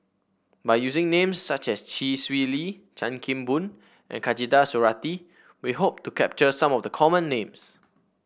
by using names such as Chee Swee Lee Chan Kim Boon and Khatijah Surattee we hope to capture some of the common names